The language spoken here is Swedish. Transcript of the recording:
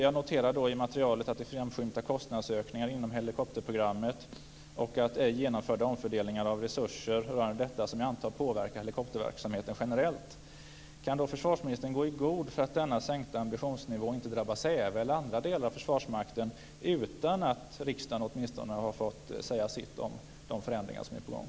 Jag noterar att det framskymtar kostnadsökningar inom helikopterprogrammet i materialet. Man skriver om ej genomförda omfördelningar av resurser som jag antar påverkar helikopterverksamheten generellt. Kan försvarsministern gå i god för att denna sänkta ambitionsnivå inte drabbar Säve eller andra delar av försvarsmakten utan att riksdagen åtminstone har fått säga sitt om de förändringar som är på gång?